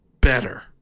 better